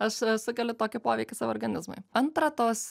aš sukeliu tokį poveikį savo organizmui antra tos